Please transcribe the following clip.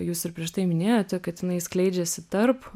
jūs ir prieš tai minėjote kad jinai skleidžiasi tarp